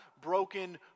broken